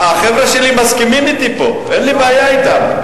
החבר'ה שלי מסכימים אתי, אין לי בעיה אתם.